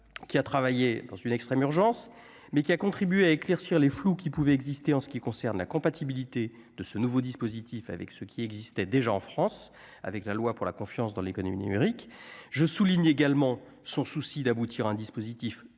qui a travaillé dans une extrême urgence mais qui a contribué à éclaircir les flou qui pouvait exister en ce qui concerne la compatibilité de ce nouveau dispositif avec ce qui existait déjà en France avec la loi pour la confiance dans l'économie numérique, je souligne également son souci d'aboutir à un dispositif